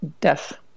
Death